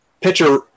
Pitcher